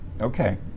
Okay